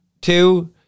Two